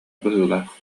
быһыылаах